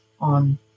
on